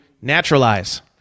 naturalize